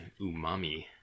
umami